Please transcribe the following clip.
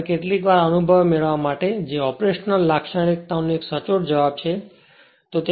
હવે કેટલીકવાર અનુભવ મેળવવા માટે કે જે ઓપરેશનલ લાક્ષણિકતાનો એક સચોટ જવાબ છે